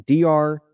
Dr